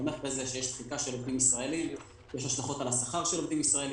כלומר, תשלם לו משכורת 13 ותדאג לו למגורים.